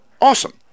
Awesome